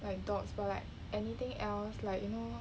like dogs for like anything else like you know